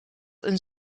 een